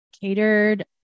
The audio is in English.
catered